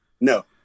no